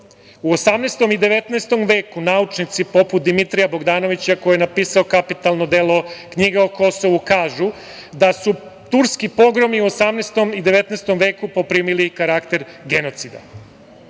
U 18. i 19. veku naučnici poput Dimitrija Bogdanovića koji je napisao kapitalno delo „Knjiga o Kosovu“ kažu da su turski pogromi u 18. i 19. veku poprimili karakter genocida. Stradali